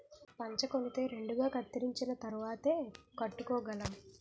పంచకొనితే రెండుగా కత్తిరించిన తరువాతేయ్ కట్టుకోగలం